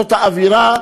זאת האווירה,